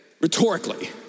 rhetorically